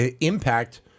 impact